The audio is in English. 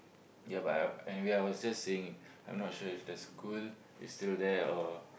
ya but anyway I was just saying I'm not sure if the school is still there or